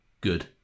good